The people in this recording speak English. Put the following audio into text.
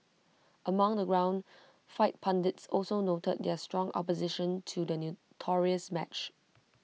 among the ground fight pundits also noted their strong opposition to the notorious match